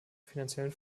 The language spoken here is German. finanziellen